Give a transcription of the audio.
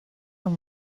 and